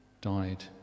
died